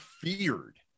feared